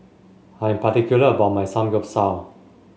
I am particular about my Samgeyopsal